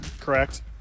correct